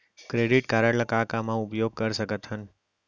Credit card ला का का मा उपयोग कर सकथन?